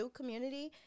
community